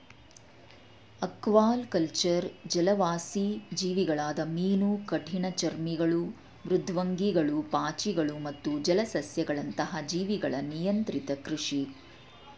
aquaculture ಜಲವಾಸಿ ಜೀವಿಗಳಾದ ಮೀನು ಕಠಿಣಚರ್ಮಿಗಳು ಮೃದ್ವಂಗಿಗಳು ಪಾಚಿಗಳು ಮತ್ತು ಜಲಸಸ್ಯಗಳಂತಹ ಜೀವಿಗಳ ನಿಯಂತ್ರಿತ ಕೃಷಿ